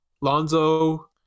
Lonzo